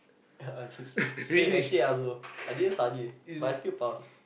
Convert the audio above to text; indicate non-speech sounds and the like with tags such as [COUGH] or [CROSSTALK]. [LAUGHS] same actually ya so I didn't study but I still pass